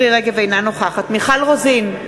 אינה נוכחת מיכל רוזין,